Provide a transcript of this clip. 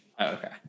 Okay